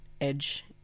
edge